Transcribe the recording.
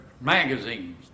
magazines